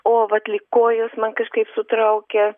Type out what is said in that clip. o vat lyg kojas man kažkaip sutraukę